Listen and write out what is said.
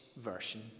version